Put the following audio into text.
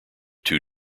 two